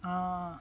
ah